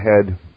ahead